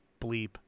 bleep